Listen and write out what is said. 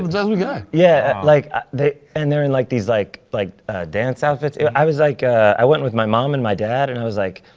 jasmine guy. yeah, like they and they're in like these like like dance outfits. i was like i went with my mom and my dad. and i was like,